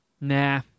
Nah